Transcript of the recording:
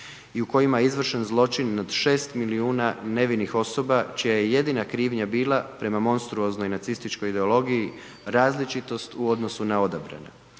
i u kojima je izvršen zločin nad 6 milijuna nevinih osoba čija je jedina krivnja bila prema monstruoznoj nacističkoj ideologiji različitost u odnosu na odabrane.